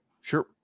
Sure